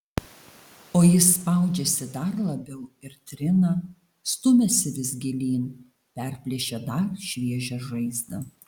o jis spaudžiasi dar labiau ir trina stumiasi vis gilyn perplėšia dar šviežią žaizdą